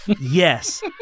Yes